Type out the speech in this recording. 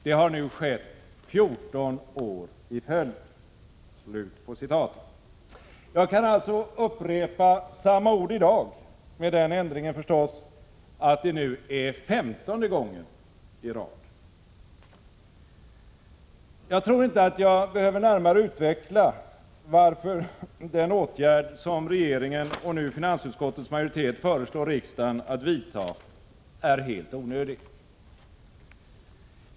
Det har nu skett 14 år i följd.” Jag kan upprepa samma ord i dag med den ändringen att det nu är femtonde gången i rad. Jag tror inte att jag behöver närmare utveckla varför den åtgärd som regeringen och nu finansutskottets majoritet föreslår riksdagen att vidta är helt onödig.